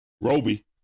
Roby